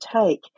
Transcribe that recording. take